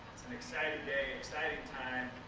it's an exciting day, exciting time.